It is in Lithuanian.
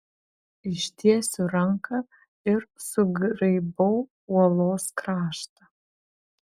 ištiesiu ranką ir sugraibau uolos kraštą